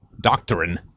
doctrine